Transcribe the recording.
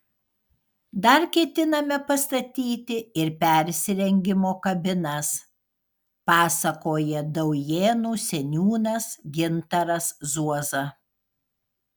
dar ketiname pastatyti ir persirengimo kabinas pasakoja daujėnų seniūnas gintaras zuoza